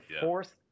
fourth